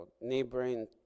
Neighboring